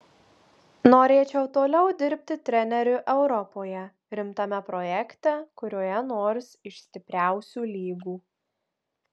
norėčiau toliau dirbti treneriu europoje rimtame projekte kurioje nors iš stipriausių lygų